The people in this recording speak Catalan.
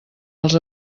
els